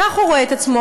כך הוא רואה את עצמו,